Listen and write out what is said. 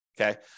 okay